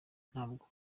ntabwo